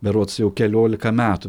berods jau keliolika metų